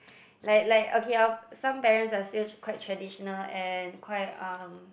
like like okay our some parents are still quite traditional and quite um